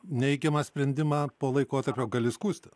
neigiamą sprendimą po laikotarpio gali skųsti